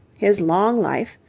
his long life,